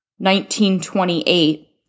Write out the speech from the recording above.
1928